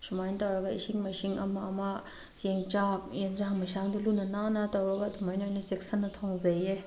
ꯁꯨꯃꯥꯏ ꯇꯧꯔꯒ ꯏꯁꯤꯡ ꯃꯥꯏꯁꯤꯡ ꯑꯃ ꯑꯃ ꯆꯦꯡ ꯆꯥꯛ ꯌꯦꯟꯁꯥꯡ ꯃꯩꯁꯥꯡꯗꯣ ꯂꯨꯅ ꯅꯥꯟꯅ ꯇꯧꯔꯒ ꯑꯗꯨꯃꯥꯏꯅ ꯑꯣꯏꯅ ꯆꯦꯛꯁꯤꯟꯅ ꯊꯣꯡꯖꯩꯑꯦ